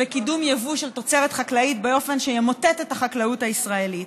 וקידום יבוא של תוצרת חקלאית באופן שימוטט את החקלאות הישראלית,